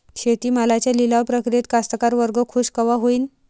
शेती मालाच्या लिलाव प्रक्रियेत कास्तकार वर्ग खूष कवा होईन?